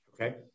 Okay